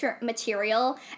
material